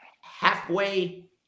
Halfway